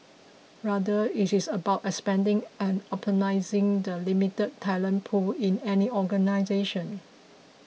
rather it is about expanding and optimising the limited talent pool in any organisation